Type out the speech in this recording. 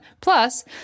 Plus